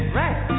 right